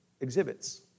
exhibits